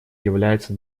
является